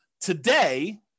Today